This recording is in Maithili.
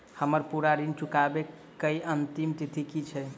हम्मर पूरा ऋण चुकाबै केँ अंतिम तिथि की छै?